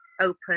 open